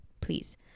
please